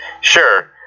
Sure